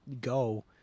go